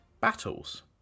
Battles